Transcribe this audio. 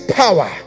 power